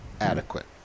adequate